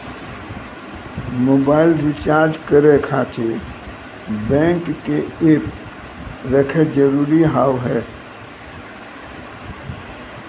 Mobile recharge करे खातिर bank के ऐप रखे जरूरी हाव है?